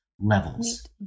levels